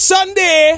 Sunday